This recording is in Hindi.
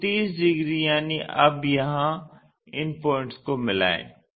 तो 30 डिग्री यानी अब यहां इन प्वाइंट्स को मिलाएं